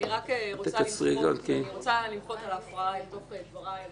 אני רוצה למחות על ההפרעה לתוך דבריי.